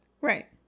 Right